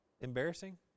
embarrassing